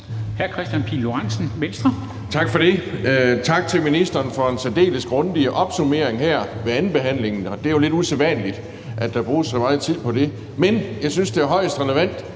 Kristian Pihl Lorentzen (V): Tak for det, og tak til ministeren for en særdeles grundig opsummering her ved andenbehandlingen. Det er jo lidt usædvanligt, at der bruges så meget tid på det, men jeg synes, det er højst relevant,